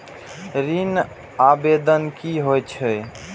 ऋण आवेदन की होय छै?